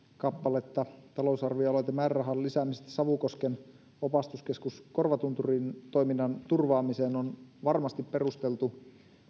kappaletta talousarvioaloitemäärärahan lisäämisestä savukosken opastuskeskus korvatunturin toiminnan turvaamiseen on varmasti perusteltu